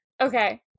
Okay